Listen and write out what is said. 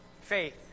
faith